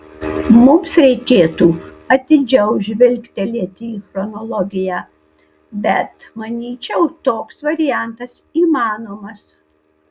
mums reikėtų atidžiau žvilgtelėti į chronologiją bet manyčiau toks variantas įmanomas